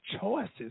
choices